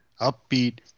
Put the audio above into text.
upbeat